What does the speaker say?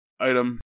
Item